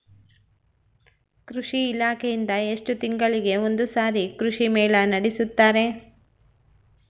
ಕೃಷಿ ಇಲಾಖೆಯಿಂದ ಎಷ್ಟು ತಿಂಗಳಿಗೆ ಒಂದುಸಾರಿ ಕೃಷಿ ಮೇಳ ನಡೆಸುತ್ತಾರೆ?